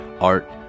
art